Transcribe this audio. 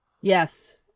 Yes